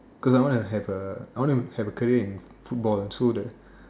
cause I want to have a I want to have a career in football so that